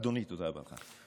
אדוני, תודה רבה לך.